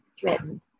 threatened